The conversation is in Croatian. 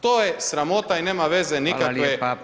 To je sramota i nema veze nikakve